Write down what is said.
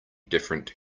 different